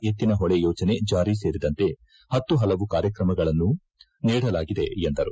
ಎಕ್ಷಿನ ಹೊಳೆ ಯೋಜನ ಜಾರಿ ಸೇರಿದಂತೆ ಪತ್ತು ಪಲವು ಕಾರ್ಯಕ್ರಮಗಳನ್ನು ನೀಡಲಾಗಿದೆ ಎಂದರು